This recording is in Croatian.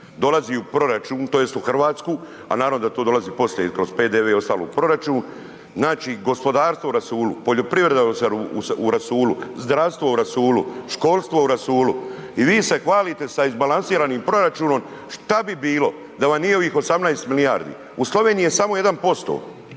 tj. u Hrvatski, a naravno da to dolazi poslije i kroz PDV i ostalo u proračun, znači gospodarstvo u rasulu, poljoprivreda u rasulu, zdravstvo u rasulu, školstvo u rasulu i vi se hvalite s izbalansiranim proračunom. Što bi bilo da vam nije ovih 18 milijardi? U Sloveniji je samo 1%